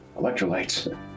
electrolytes